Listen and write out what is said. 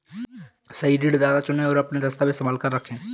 सही ऋणदाता चुनें, और अपने दस्तावेज़ संभाल कर रखें